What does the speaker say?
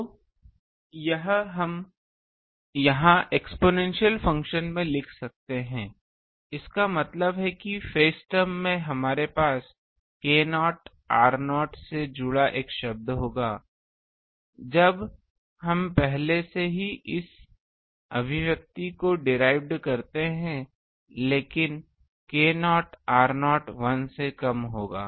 तो यह हम यहाँ एक्सपोनेंशियल फ़ंक्शन में लिख सकते हैं इसका मतलब है कि फेस टर्म में हमारे पास k0 r0 से जुड़ा एक शब्द होगा जब हम पहले से ही इस अभिव्यक्ति को डिराइव्ड करते हैं लेकिन k0 r0 1 से कम होगा